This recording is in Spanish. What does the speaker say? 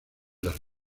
las